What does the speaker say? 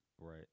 Right